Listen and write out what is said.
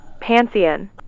Pantheon